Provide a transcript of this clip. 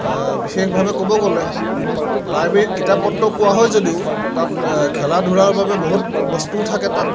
বিশেষভাৱে ক'ব গ'লে লাইব্ৰেৰীত কিতাপ পত্ৰ পোৱা হয় যদিও তাত খেলা ধূলাৰ বাবে বহুত বস্তুও থাকে তাত